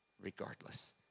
regardless